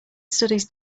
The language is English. studies